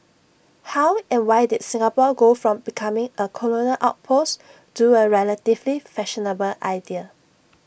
how and why did Singapore go from becoming A colonial outpost to A relatively fashionable idea